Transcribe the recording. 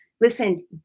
Listen